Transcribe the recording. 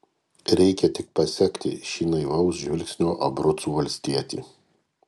reikia tik pasekti šį naivaus žvilgsnio abrucų valstietį